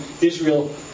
Israel